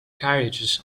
carriages